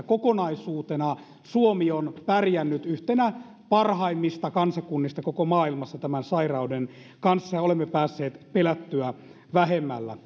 kokonaisuutena suomi on pärjännyt yhtenä parhaimmista kansakunnista koko maailmassa tämän sairauden kanssa ja olemme päässeet pelättyä vähemmällä